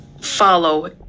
follow